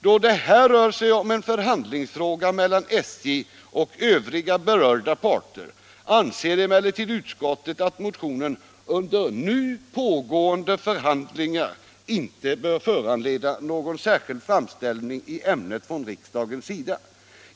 Då det här rör sig om en förhandlingsfråga mellan SJ och övriga berörda parter anser emellertid utskottet att motionerna under nu pågående förhandlingar inte bör föranleda någon särskild framställning i ämnet från riksdagens sida.